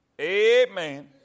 Amen